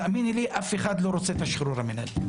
תאמיני לי, אף אחד לא רוצה את השחרור המנהלי.